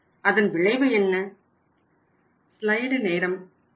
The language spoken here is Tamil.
அதன் விளைவு என்ன